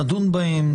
נדון בהן,